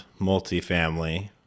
multifamily